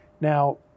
Now